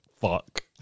fuck